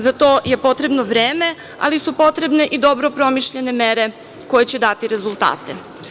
Za to je potrebno vreme, ali su potrebne i dobro promišljene mere koje će dati rezultate.